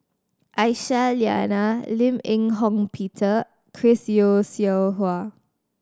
Aisyah Lyana Lim Eng Hock Peter Chris Yeo Siew Hua